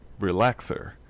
relaxer